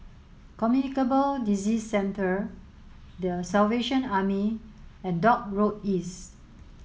Communicable Disease Centre The Salvation Army and Dock Road East